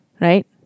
Right